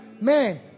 man